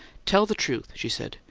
tell the truth, she said.